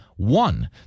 One